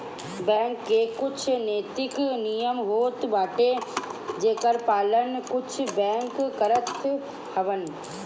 bank के कुछ नैतिक नियम होत बाटे जेकर पालन कुछ बैंक करत हवअ